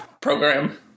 Program